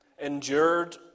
Endured